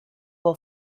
will